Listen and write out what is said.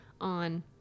on